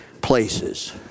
places